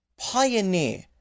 pioneer